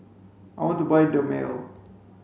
I want to buy Dermale